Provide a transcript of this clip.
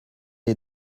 des